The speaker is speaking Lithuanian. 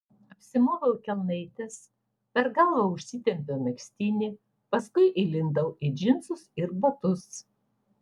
apsimoviau kelnaites per galvą užsitempiau megztinį paskui įlindau į džinsus ir batus